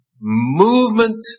movement